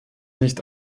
nicht